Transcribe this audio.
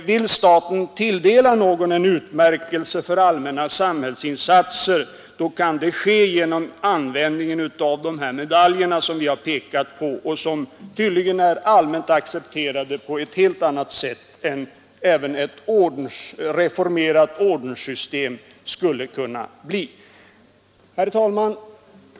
Vill staten tilldela någon en utmärkelse för allmänna samhällsinsatser, kan detta ske genom användning av medaljerna ”För medborgerlig förtjänst” eller ”Illis quorum” och som tydligen är allmänt accepterade på ett helt annat sätt än vad ett även reformerat ordenssystem skulle kunna bli. Herr talman!